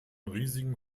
riesigen